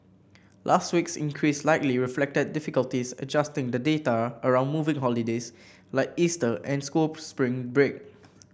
last week's increase likely reflected difficulties adjusting the data around moving holidays like Easter and school spring break